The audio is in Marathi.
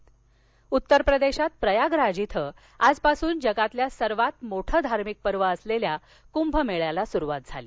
कभ पर्व उत्तर प्रदेशात प्रयागराज इथं आजपासून जगातल्या सर्वात मोठ्या धार्मिक पर्व असलेल्या कुंभ मेळ्याला सुरुवात झाली